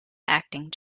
acting